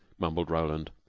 mumbled roland.